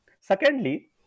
Secondly